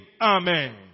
Amen